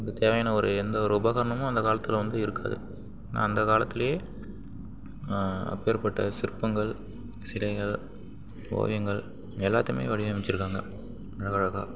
இந்த தேவையான ஒரு எந்த ஒரு உபகரணமும் அந்த காலத்தில் வந்து இருக்காது ஆனால் அந்த காலத்தில் அப்பேர்பட்ட சிற்பங்கள் சிலைகள் ஓவியங்கள் எல்லாத்தைமே வடிவமைச்சுருக்காங்க அழகழகாக